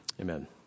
Amen